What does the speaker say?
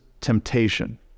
temptation